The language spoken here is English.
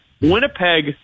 Winnipeg